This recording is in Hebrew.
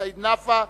סעיד נפאע,